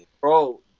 Bro